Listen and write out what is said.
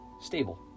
stable